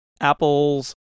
Apple's